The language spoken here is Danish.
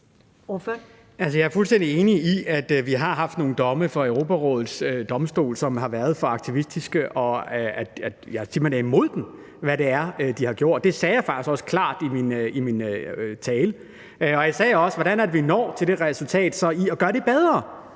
jeg er fuldstændig enig i, at vi har haft nogle domme fra Europarådets domstol, som har været for aktivistiske, og hvor jeg faktisk er imod det, de har gjort. Det sagde jeg faktisk også klart i min tale. Og jeg spurgte også, hvordan vi så når til det resultat at gøre det bedre.